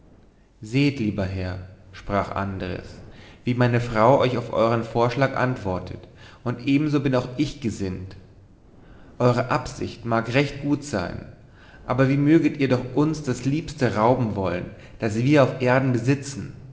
seht lieber herr sprach andres wie meine frau euch auf euern vorschlag antwortet und ebenso bin auch ich gesinnt eure absicht mag recht gut sein aber wie möget ihr doch uns das liebste rauben wollen das wir auf erden besitzen